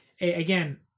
again